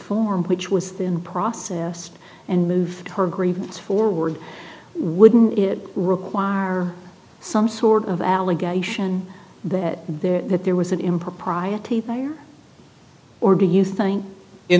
form which was in process and moved her grievance forward wouldn't it require some sort of allegation that there that there was an impropriety fire or do you think in